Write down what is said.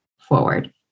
forward